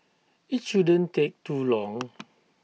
IT shouldn't take too long